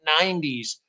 90s